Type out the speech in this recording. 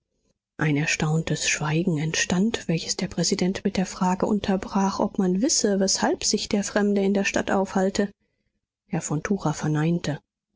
ein erstauntes schweigen entstand welches der präsident mit der frage unterbrach ob man wisse weshalb sich der fremde in der stadt aufhalte herr von tucher verneinte